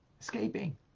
Escaping